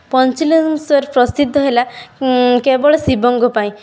ପଞ୍ଚଲିଙ୍ଗେଶ୍ୱର ପ୍ରସିଦ୍ଧ ହେଲା କେବଳ ଶିବଙ୍କ ପାଇଁ